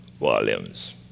volumes